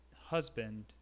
husband